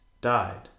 died